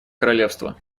королевства